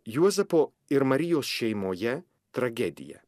juozapo ir marijos šeimoje tragedija